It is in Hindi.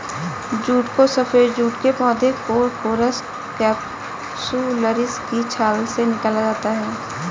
जूट को सफेद जूट के पौधे कोरकोरस कैप्सुलरिस की छाल से निकाला जाता है